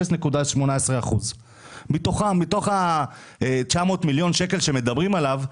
הוא 0.18%. מתוך ה-900 מיליון שקל שמדברים עליו,